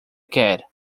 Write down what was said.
quer